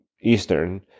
Eastern